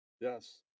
Yes